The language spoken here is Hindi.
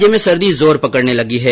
राज्य में सर्दी जोर पकडने लगी है